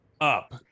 up